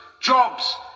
jobs